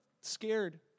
scared